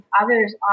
others